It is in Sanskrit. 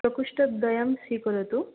प्रकोष्ठद्वयं स्वीकरोतु